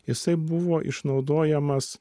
jisai buvo išnaudojamas